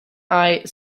eye